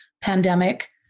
pandemic